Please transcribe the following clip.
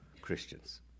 Christians